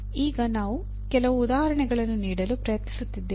ಈಗ ನಾವು ಕೆಲವು ಉದಾಹರಣೆಗಳನ್ನು ನೀಡಲು ಪ್ರಯತ್ನಿಸುತ್ತಿದ್ದೇವೆ